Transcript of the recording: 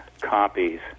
copies